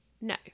no